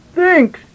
Thanks